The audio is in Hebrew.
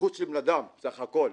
זכות של בן אדם בסך הכול.